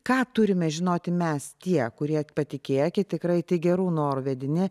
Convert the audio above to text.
ką turime žinoti mes tie kurie patikėkit tikrai gerų norų vedini